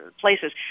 places